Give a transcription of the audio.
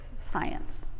science